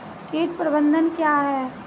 कीट प्रबंधन क्या है?